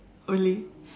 really